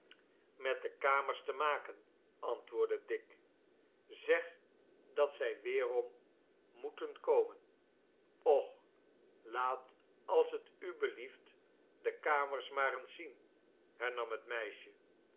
met de kamers te maken antwoordde dick zeg dat zij weerom moeten komen och laat als het u belieft de kamers maar eens zien hernam het meisje